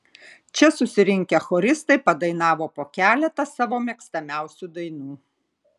čia susirinkę choristai padainavo po keletą savo mėgstamiausių dainų